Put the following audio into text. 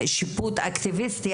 שיפוט אקטיביסטי,